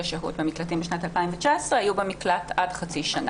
השהות במקלטים בשנת 2019. הן היו במקלט עד חצי שנה.